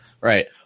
Right